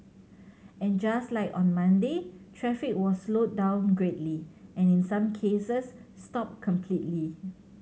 and just like on Monday traffic was slowed down greatly and in some cases stopped completely